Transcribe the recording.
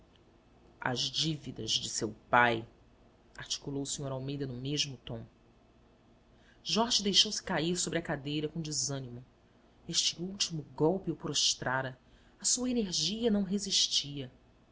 as dívidas de seu pai articulou o sr almeida no mesmo tom jorge deixou-se cair sobre a cadeira com desânimo este último golpe o prostrara a sua energia não resistia